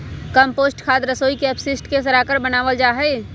compost खाद रसोई के अपशिष्ट के सड़ाकर बनावल जा हई